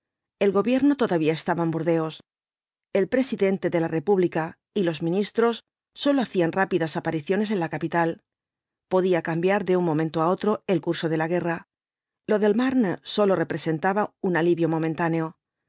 el gobierno todavía estaba en burdeos el presidente de la república y los ministros sólo hacían rápidas apariciones en la capital podía cambiar de un momento á otro el curso de la guerra lo del marne sólo representaba un alivio momentáneo